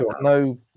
No